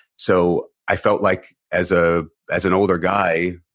so i felt like, as ah as an older guy,